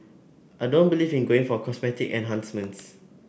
I don't believe in going for cosmetic enhancements